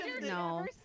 No